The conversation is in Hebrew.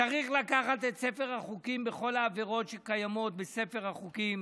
צריך לקחת את ספר החוקים בכל העבירות שקיימות בספר החוקים